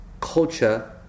culture